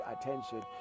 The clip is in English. attention